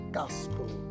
gospel